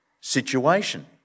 situation